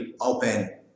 open